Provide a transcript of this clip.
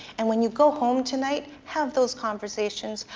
and when you go home tonight, have those conversations,